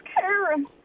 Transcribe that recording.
Karen